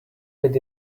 did